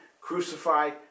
crucified